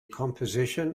composition